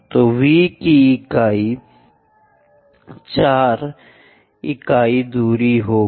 तो V की 4 इकाई दूरी होगी